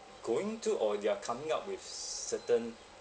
going to or they're coming up with certain